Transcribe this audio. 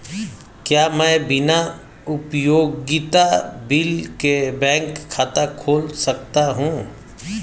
क्या मैं बिना उपयोगिता बिल के बैंक खाता खोल सकता हूँ?